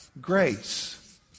grace